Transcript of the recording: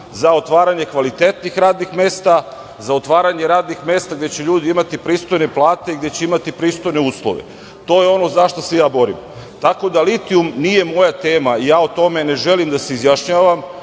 za otvaranje kvalitetnih radnih mesta, za otvaranje radnih mesta gde će ljudi imati pristojne plate i gde će imati pristojne uslove, to je ono za šta se ja borim. Tako da litijum nije moja tema i ja o tome ne želim da se izjašnjavam